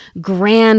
grand